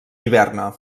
hiberna